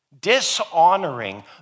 dishonoring